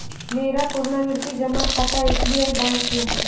मेरा पुरनावृति जमा खता एस.बी.आई बैंक में हइ